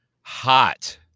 Hot